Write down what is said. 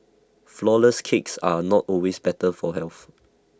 Flourless Cakes are not always better for health